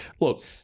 Look